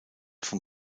von